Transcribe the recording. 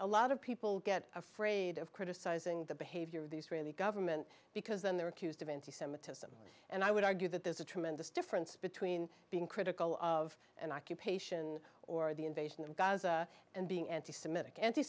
a lot of people get afraid of criticizing the behavior of the israeli government because then they're accused of anti semitism and i would argue that there's a tremendous difference between being critical of an occupation or the invasion of gaza and being anti semitic anti